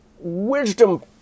wisdom